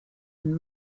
and